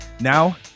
Now